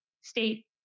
state